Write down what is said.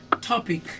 topic